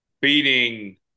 Beating